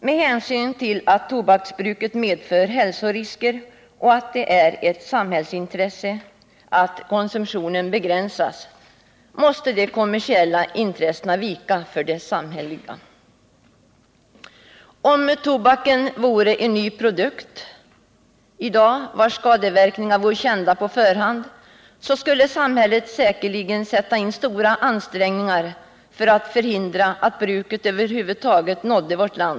Med hänsyn till att tobaksbruket medför hälsorisker och att det är ett samhällsintresse att konsumtionen begränsas måste de kommersiella intressena vika för de samhälleliga. Om tobaken i dag vore en ny produkt, vars skadeverkningar vore kända på förhand, skulle samhället säkerligen göra stora ansträngningar för att hindra att bruket över huvud taget nådde vårt land.